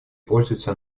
пользуются